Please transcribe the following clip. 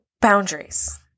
boundaries